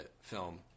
film